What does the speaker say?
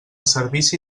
servici